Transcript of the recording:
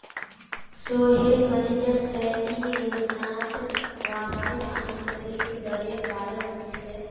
Sohail manager से ई योजनात वापसीर आंतरिक दरेर बारे पुछले